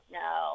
no